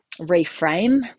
reframe